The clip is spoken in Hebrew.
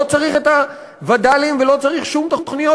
לא צריך את הווד"לים ולא צריך שום תוכניות